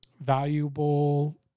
valuable